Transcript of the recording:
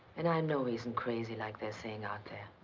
and i know he isn't crazy like they're saying out there.